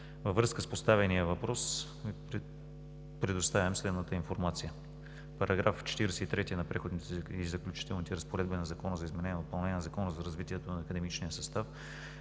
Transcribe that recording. Във връзка с поставения въпрос предоставям следната информация: В § 43 на Преходните и заключителните разпоредби на Закона за изменение и допълнение на Закона за развитието на академичния състав